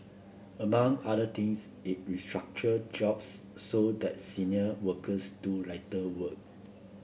among other things it restructured jobs so that senior workers do lighter work